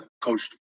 coached